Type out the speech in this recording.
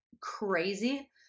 crazy